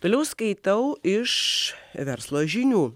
toliau skaitau iš verslo žinių